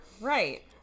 right